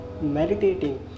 meditating